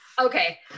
Okay